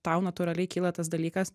tau natūraliai kyla tas dalykas